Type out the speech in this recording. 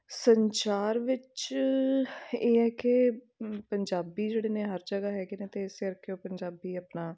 ਸੰਚਾਰ ਵਿੱਚ ਇਹ ਹੈ ਕਿ ਪੰਜਾਬੀ ਜਿਹੜੇ ਨੇ ਹਰ ਜਗ੍ਹਾ ਹੈਗੇ ਨੇ ਤਾਂ ਇਸੇ ਕਰਕੇ ਉਹ ਪੰਜਾਬੀ ਆਪਣਾ